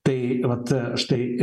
tai vat štai